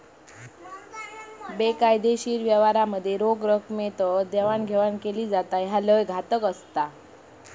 बेकायदेशीर व्यवहारांमध्ये रोख रकमेतच देवाणघेवाण केली जाता, ह्या लय घातक असता